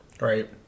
right